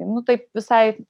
nu taip visai